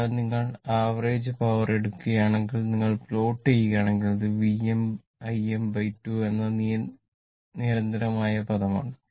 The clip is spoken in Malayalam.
അതിനാൽ നിങ്ങൾ ആവറേജ് പവർ എടുക്കുകയാണെങ്കിൽ നിങ്ങൾ പ്ലോട്ട് നോക്കുകയാണെങ്കിൽ ഇത് Vm Im2 എന്ന നിരന്തരമായ പദമാണ്